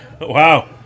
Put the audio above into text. Wow